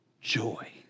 joy